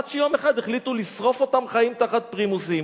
עד שיום אחד החליטו לשרוף אותם חיים תחת פרימוסים,